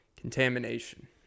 Contamination